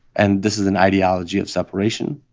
and this is an ideology of separation.